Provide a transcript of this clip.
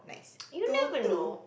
you never know